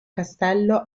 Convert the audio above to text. castello